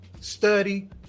study